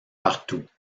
partout